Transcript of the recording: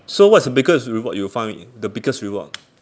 so what's the biggest reward you find the biggest reward